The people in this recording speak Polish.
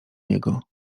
niego